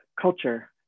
culture